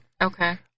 Okay